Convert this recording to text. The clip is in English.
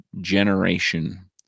generation